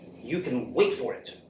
you can wait for it,